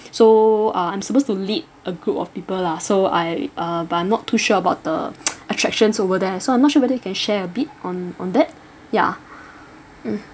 so uh I'm supposed to lead a group of people lah so I uh but I'm not too sure about the attractions over there so I'm not sure whether you can share a bit on on that ya mm